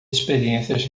experiências